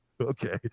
Okay